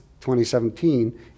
2017